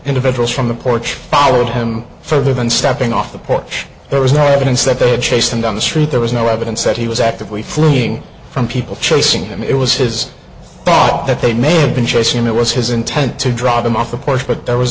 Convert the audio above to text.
individuals from the porch followed him for they've been stepping off the porch there was no evidence that they had chased him down the street there was no evidence that he was actively freeing from people chasing him it was his fault that they may have been chasing him it was his intent to drive them off the course but there was